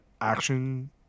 action